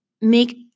make